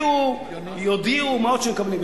ישלחו התראות, יודיעו, מה עוד שמקבלים.